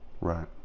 Right